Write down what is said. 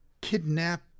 kidnap